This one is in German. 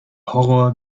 horror